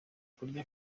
kurya